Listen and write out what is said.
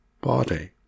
body